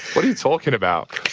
what are you talking about?